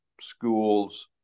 schools